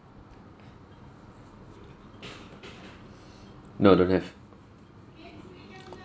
no don't have